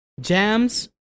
Jams